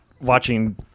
watching